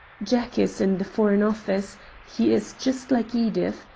jack is in the foreign office he is just like edith,